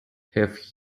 have